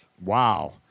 Wow